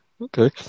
okay